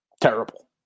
terrible